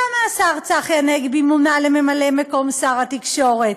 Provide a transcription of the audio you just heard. למה השר צחי הנגבי מוּנה לממלא-מקום שר התקשורת?